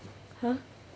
!huh!